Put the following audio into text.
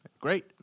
great